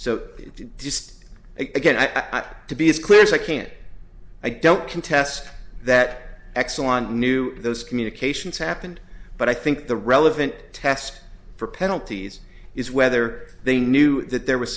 so just again i thought to be as clear as i can i don't contest that exelon knew those communications happened but i think the relevant test for penalties is whether they knew that there was